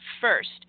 first